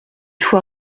faut